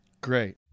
Great